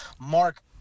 mark